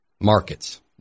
markets